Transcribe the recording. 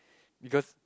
because